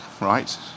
right